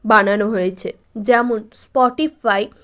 বানানো হয়েছে যেমন স্পটিফাই